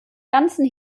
ganzen